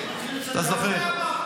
אתה למדת להכיר אותי.